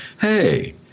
hey